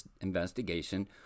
investigation